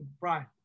Right